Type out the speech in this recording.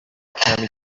کمی